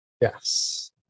Yes